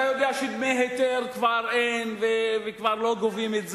אתה יודע שאין כבר דמי היתר וכבר לא גובים את זה.